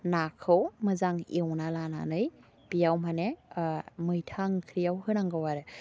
नाखौ मोजां एवना लानानै बेयाव माने मैथा ओंख्रियाव होनांगौ आरो